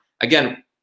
again